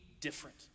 different